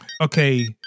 Okay